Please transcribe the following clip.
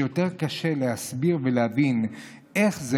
שיותר קשה להסביר ולהבין איך זה,